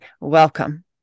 welcome